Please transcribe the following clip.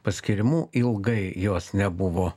paskyrimu ilgai jos nebuvo